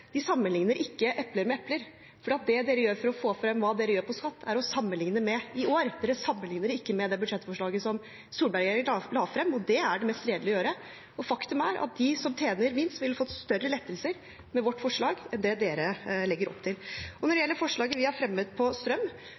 ikke epler med epler. Det man gjør for å få frem hva man gjør på skatt, er å sammenlikne med i år. Man sammenlikner ikke med det budsjettforslaget som Solberg-regjeringen la frem, som er det mest redelige å gjøre. Faktum er at de som tjener minst, ville fått større lettelser med vårt forslag enn det denne regjeringen legger opp til. Når det gjelder forslaget vi har fremmet for strøm,